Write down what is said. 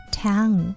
town